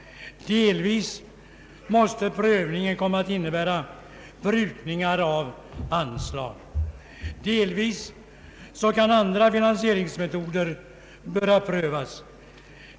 Delvis måste prövningen komma att innebära prutningar av anslag, delvis kan andra finansieringsmetoder behöva prövas.